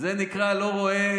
זה נקרא: לא רואה.